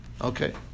Okay